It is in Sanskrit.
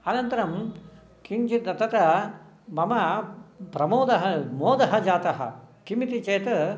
अनन्तरं किञ्चित् तत्र मम प्रमोदः मोदः जातः किमिति चेत्